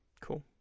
Cool